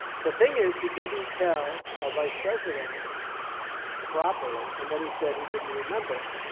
the thing is he didn't tell our vice president properly, and then he said he didn't remember.